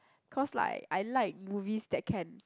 cause like I like movies that can